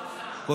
מפריס פרסה.